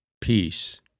peace